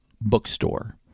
bookstore